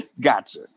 gotcha